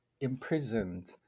imprisoned